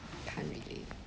can't relate